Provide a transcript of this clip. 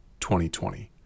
2020